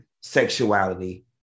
sexuality